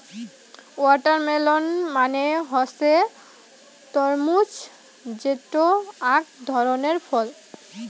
watermelon মানে হসে তরমুজ যেটো আক ধরণের ফল